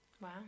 wow